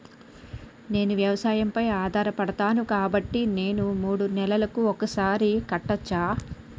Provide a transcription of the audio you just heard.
నేను వ్యవసాయం పై ఆధారపడతాను కాబట్టి నేను మూడు నెలలకు ఒక్కసారి కట్టచ్చా?